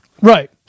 Right